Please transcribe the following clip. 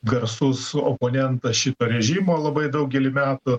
garsus oponentas šito režimo labai daugelį metų